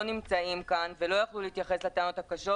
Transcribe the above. נמצאים כאן ולא יכלו להתייחס לטענות הקשות.